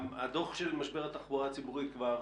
הדו"ח של משבר התחבורה הציבורית כבר